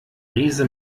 riese